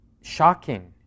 shocking